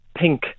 pink